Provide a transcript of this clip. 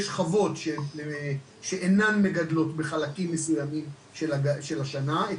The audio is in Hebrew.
יש חוות שהן אינן מגדלות בחלקים מסוימים של השנה את